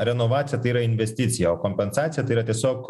renovacija tai yra investicija o kompensacija tai yra tiesiog